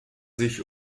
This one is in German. sich